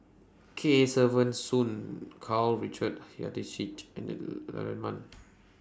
Kesavan Soon Karl Richard and Man